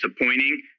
disappointing